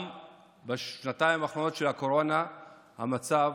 גם בשנתיים האחרונות של הקורונה המצב